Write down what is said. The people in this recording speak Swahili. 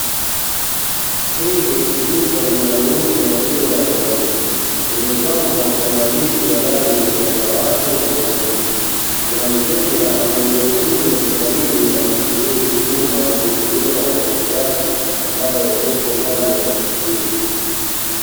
Hili ni duka linalouza maziwa ya ng'ombe, limepambwa kwa maandishi ya rangi ya samawati na nyekundu. Kuna mteja ambaye yupo nje ya duka hili akisubiri huduma ya kuhudumiwa na muuzaji ambaye yupo ndani ya eneo hili.